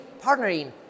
partnering